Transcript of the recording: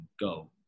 go